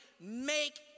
Make